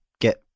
get